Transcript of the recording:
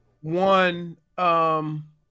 One